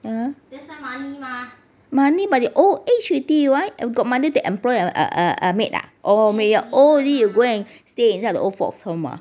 money but you old age already why got money to employ a a a maid ah or when you are old already you go and stay inside the old folks home ah